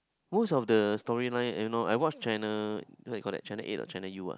most of the storylines I don't know I watch channel what we called that Channel eight or Channel U ah